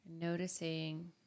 Noticing